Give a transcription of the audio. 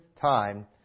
time